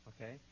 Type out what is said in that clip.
Okay